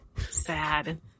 sad